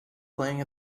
playing